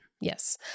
Yes